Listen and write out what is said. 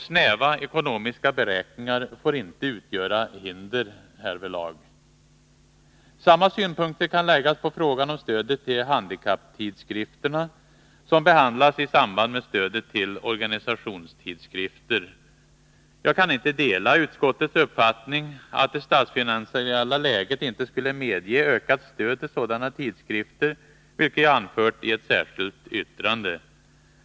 Snäva ekonomiska beräkningar får inte utgöra hinder därvidlag. Samma synpunkter kan läggas på frågan om stödet till handikapptidskrifterna som behandlas i samband med stödet till organisationstidskrifter. Jag kan inte dela utskottets uppfattning att det statsfinansiella läget inte skulle medge ökat stöd till sådana tidskrifter. Detta har jag också anfört i ett särskilt yttrande.